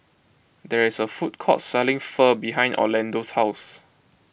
there is a food court selling Pho behind Orlando's house